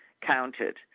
counted